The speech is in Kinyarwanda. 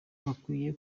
bakwiye